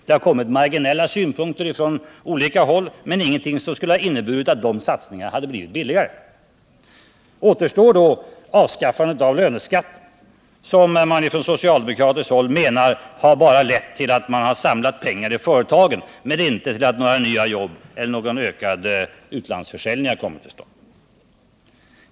Det har anförts marginella synpunkter på dessa satsningar från olika håll men inga som skulle ha inneburit att dessa skulle ha blivit billigare. Dessutom återstår avskaffandet av löneskatten, som man på socialdemokratiskt håll menar bara har lett till att det samlats pengar i företagen men inte till att några nya jobb eller någon ökad utlandsförsäljning har kommit till stånd.